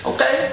Okay